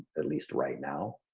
at least right now.